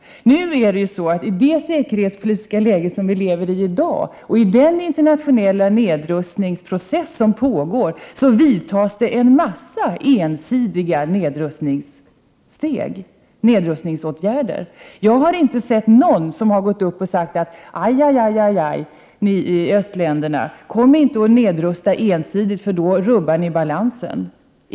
Men i det säkerhetspolitiska läge vi har i dag och i den internationella nedrustningsprocess som pågår vidtas en mängd ensidiga nedrustningsåtgärder. Jag har inte hört någon säga: Aj aj östländerna, kom inte och nedrusta ensidigt, det rubbar balansen.